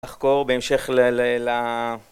אחקור בהמשך ל... ל... לה...